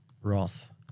Wrath